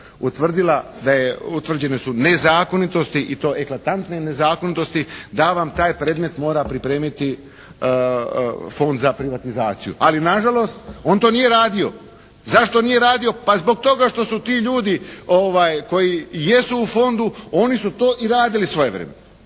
utvrdila da je, utvrđene su nezakonitosti i to eklatantne nezakonitosti, da vam taj predmet mora pripremiti Fond za privatizaciju. Ali nažalost on to nije radio. Zašto nije radio? Pa zbog toga što su ti ljudi koji jesu u fondu, oni su to i radili svojevremeno.